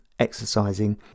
exercising